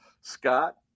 Scott